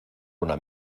una